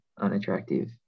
unattractive